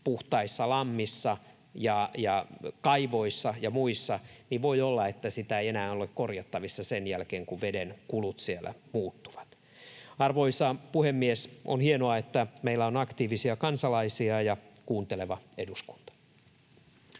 puhtaissa lammissa ja kaivoissa ja muissa, niin voi olla, että se ei enää ole korjattavissa sen jälkeen, kun vedenkulut siellä muuttuvat. Arvoisa puhemies! On hienoa, että meillä on aktiivisia kansalaisia ja kuunteleva eduskunta.